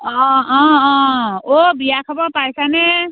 অঁ অঁ অঁ অ' বিয়া খবৰ পাইছানে